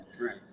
right